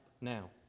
now